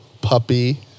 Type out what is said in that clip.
Puppy